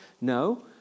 No